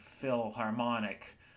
Philharmonic